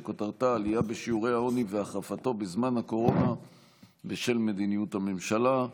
שכותרתה: עלייה בשיעורי העוני והחרפתו בזמן הקורונה בשל מדיניות הממשלה.